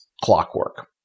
Clockwork